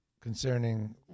concerning